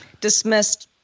dismissed